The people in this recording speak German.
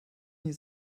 nie